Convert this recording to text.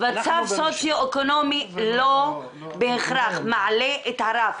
--- מצב סוציואקונומי לא בהכרח מעלה את הרף,